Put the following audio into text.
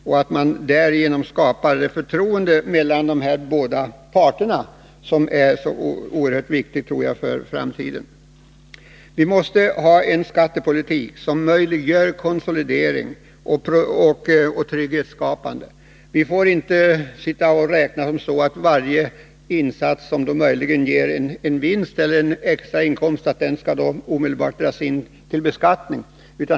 Därigenom kan det skapas förtroende mellan båda parterna, och detta är oerhört viktigt med tanke på framtiden. Vi måste ha en skattepolitik som möjliggör konsolidering och som skapar trygghet. Det går inte att omedelbart beskatta varje insats som möjligen ger vinst eller extra inkomst.